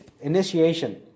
initiation